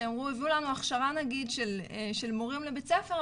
שהביאו לנו הכשרה נגיד של מורים לבית ספר,